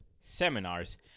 seminars